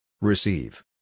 Receive